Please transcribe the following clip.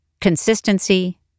consistency